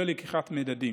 כולל לקיחת מדדים.